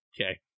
Okay